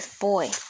boy